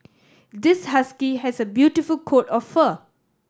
this husky has a beautiful coat of fur